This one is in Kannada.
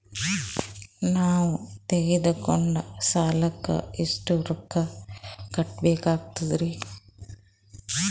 ನಾವು ತೊಗೊಂಡ ಸಾಲಕ್ಕ ಎಷ್ಟು ರೊಕ್ಕ ಕಟ್ಟಬೇಕಾಗ್ತದ್ರೀ?